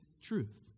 truth